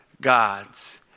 gods